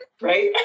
right